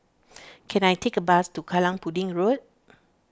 can I take a bus to Kallang Pudding Road